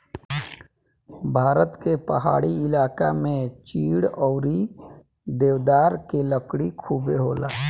भारत के पहाड़ी इलाका में चीड़ अउरी देवदार के लकड़ी खुबे होला